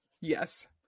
Yes